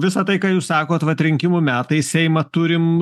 visa tai ką jūs sakot vat rinkimų metai seimą turim